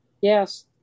Yes